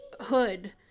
hood